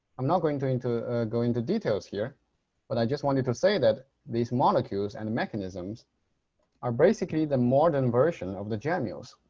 i'm not going to go into details here but i just wanted to say that these molecules and mechanisms are basically the modern version of the gemmules.